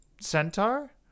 Centaur